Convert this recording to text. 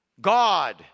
God